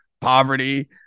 poverty